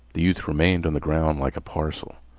the youth remained on the ground like a parcel.